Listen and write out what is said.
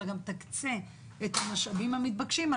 אלא גם תקצה את המשאבים המתבקשים,